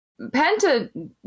Penta